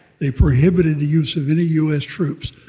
they prohibited the use of any us troops.